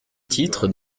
titres